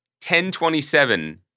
1027